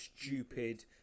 stupid